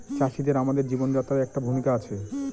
চাষিদের আমাদের জীবনযাত্রায় একটা ভূমিকা আছে